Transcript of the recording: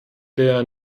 der